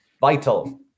vital